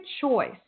choice